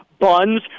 buns